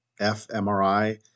fMRI